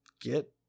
get